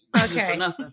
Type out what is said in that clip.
Okay